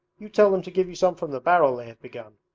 you tell them to give you some from the barrel they have begun.